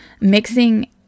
mixing